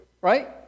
right